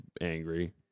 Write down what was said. angry